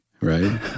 right